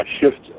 Shift